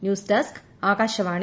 news desk Akashvani